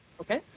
Okay